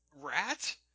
Rat